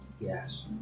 Yes